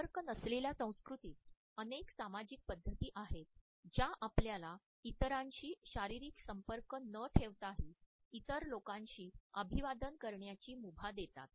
संपर्क नसलेल्या संस्कृतीत अनेक सामाजिक पद्धती आहेत ज्या आपल्याला इतरांशी शारीरिक संपर्क न ठेवताही इतर लोकांशी अभिवादन करण्याची मुभा देतात